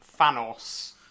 Thanos